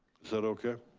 is that okay?